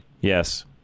Yes